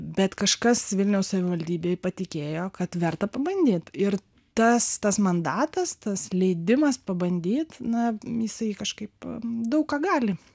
bet kažkas vilniaus savivaldybėj patikėjo kad verta pabandyt ir tas tas mandatas tas leidimas pabandyt na jisai kažkaip daug ką gali